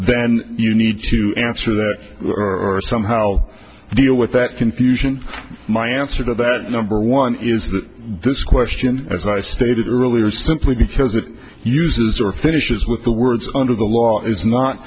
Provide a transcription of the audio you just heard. then you need to answer that or somehow deal with that confusion my answer to that number one is that this question as i stated earlier simply because it uses or finishes with the words under the law is not